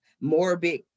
morbid